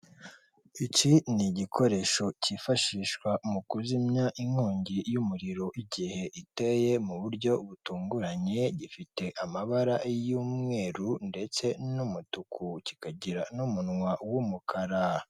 Iki ni igikoresho cyifashishwa mu kuzimya inkongi y'umuriro igihe iteye mu buryo butunguranye, gifite amabara y'umweru ndetse n'umutuku kikagira n'umunwa w'umukara.